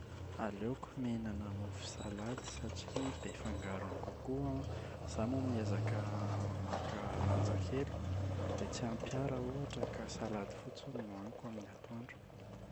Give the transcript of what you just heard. Aleoko mihinana mofo salady satria be fangarony kokoa an, izaho moa miezaka maka lanja kely, dia tsy ampy ahy raha ohatra ka salady fotsiny no hoaniko amin’ny atoandro.